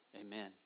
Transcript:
Amen